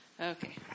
Okay